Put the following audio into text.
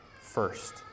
first